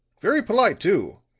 very polite too.